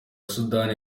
sudani